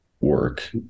work